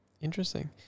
Interesting